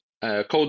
code